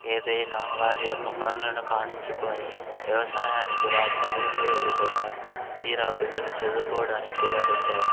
ఏదైనా వారి యొక్క పనులను కానించుకొని వ్యవసాయానికి వారి తల్లిదండ్రులు వెళ్లిపోతారు తీరా పిల్లలు చదువుకోవడానికి కూడా వెళ్తారు